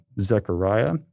Zechariah